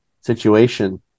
situation